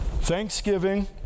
Thanksgiving